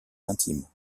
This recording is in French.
intime